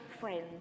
friend